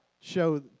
show